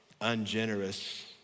ungenerous